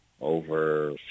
over